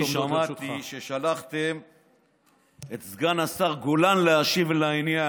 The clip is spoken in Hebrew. אני שמעתי ששלחתם את סגן השר גולן להשיב לעניין.